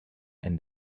and